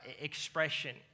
expression